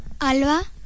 Alba